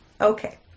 Okay